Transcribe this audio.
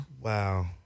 Wow